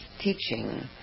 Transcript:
teaching